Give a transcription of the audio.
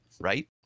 right